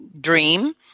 dream